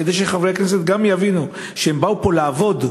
כדי שגם חברי הכנסת יבינו שהם באו לפה לעבוד,